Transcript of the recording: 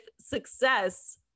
success